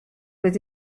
with